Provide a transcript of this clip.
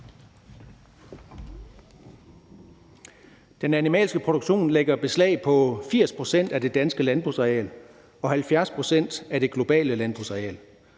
Den animalske produktion lægger beslag på 80 pct. af det danske landbrugsareal og 70 pct. af det globale landbrugsareal.